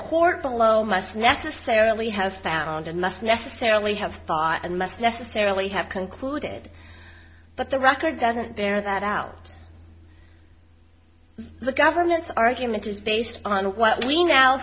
court below must necessarily have found and must necessarily have thought and must necessarily have concluded that the record doesn't bear that out the government's argument is based on what we now